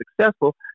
successful